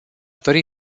dori